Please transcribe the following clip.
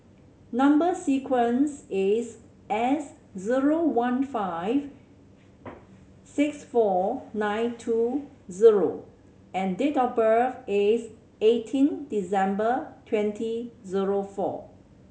number sequence is S zero one five six four nine two zero and date of birth is eighteen December twenty zero four